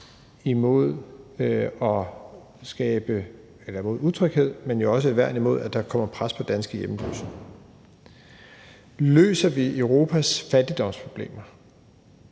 imod utryghed, men også et værn imod, at der kommer et pres på danske hjemløse. Løser vi Europas fattigdomsproblemer,